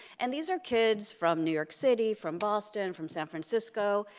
and these are kids from new york city, from boston, from san francisco,